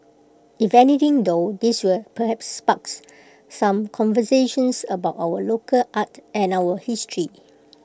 if anything though this will perhaps sparks some conversations about our local art and our history